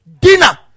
dinner